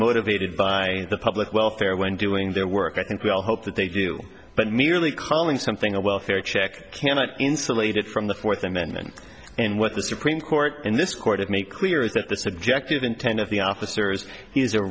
motivated by the public welfare when doing their work i think we all hope that they do but merely calling something a welfare check cannot insulated from the fourth amendment and what the supreme court and this court have made clear is that the subjective intent of the officers he's